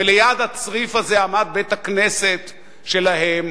וליד הצריף הזה עמד בית-הכנסת שלהם,